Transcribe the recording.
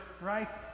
right